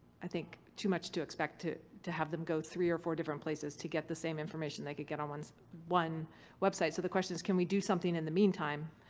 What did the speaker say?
i think, too much to expect to to have them go three or four different places to get the same information they can get on one website. so the question is, can we do something in the meantime?